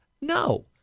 No